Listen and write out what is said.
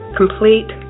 complete